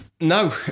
no